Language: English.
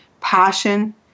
passion